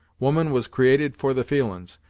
woman was created for the feelin's,